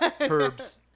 Herbs